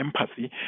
empathy